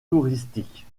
touristiques